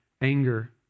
anger